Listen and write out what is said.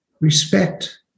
respect